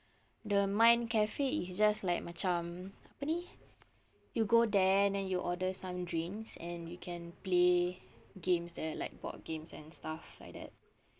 the mind cafe is just like macam apa ni you go there and then you order some drinks and you can play games like board games and stuff like that